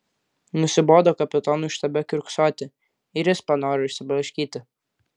nusibodo kapitonui štabe kiurksoti ir jis panoro išsiblaškyti